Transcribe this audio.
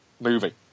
movie